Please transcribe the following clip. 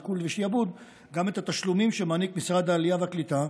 עיקול או שעבוד גם את התשלומים שמעניק משרד העלייה והקליטה.